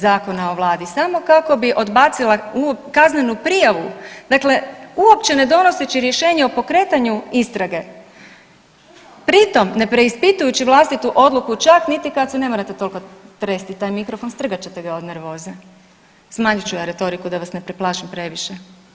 Zakona o Vladi samo kako bi odbacila kaznenu prijavu, dakle uopće ne donoseći rješenje o pokretanju istrage, pri tom ne preispitujući vlastitu odluku čak niti kad, ne morate toliko tresti taj mikrofon strgat ćete ga od nervoze, smanjit ću ja retoriku da vas ne preplašim previše.